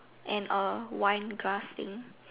and a wine glass thing